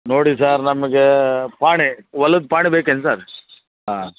ನೋಡಿ ಸರ್ ನಮಗೆ ಪಾಣಿ ಹೊಲದ್ ಪಾಣಿ ಬೇಕೆನು ಸರ್ ಹಾಂ